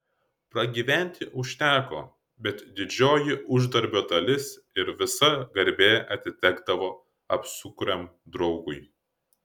pragyventi užteko bet didžioji uždarbio dalis ir visa garbė atitekdavo apsukriam draugui